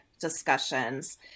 discussions